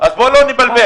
אז בואו לא נבלבל.